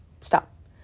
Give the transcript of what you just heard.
Stop